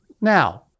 Now